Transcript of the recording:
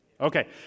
Okay